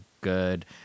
good